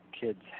kids